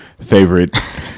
favorite